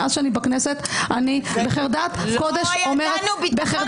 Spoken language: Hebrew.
אני בחרדת קודש- -- לא ידענו ביטחון